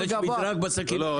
יש מדרג בסיכון.